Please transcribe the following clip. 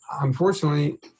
unfortunately